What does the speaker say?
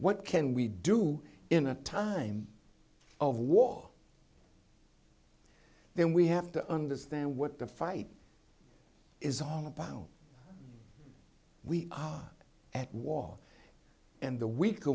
what can we do in a time of war then we have to understand what the fight is all about we are at war and the weaker